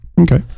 Okay